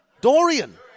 Dorian